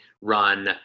run